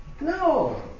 No